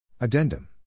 Addendum